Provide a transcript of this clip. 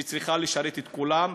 והיא צריכה לשרת את כולם,